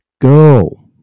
go